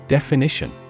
Definition